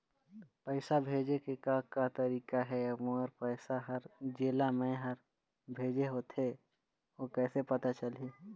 पैसा भेजे के का का तरीका हे अऊ मोर पैसा हर जेला मैं हर भेजे होथे ओ कैसे पता चलही?